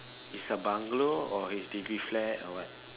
is a bungalow or H_D_B flat or what